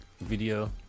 video